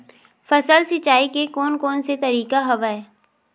फसल सिंचाई के कोन कोन से तरीका हवय?